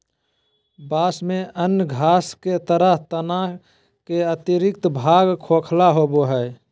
बाँस में अन्य घास के तरह तना के आंतरिक भाग खोखला होबो हइ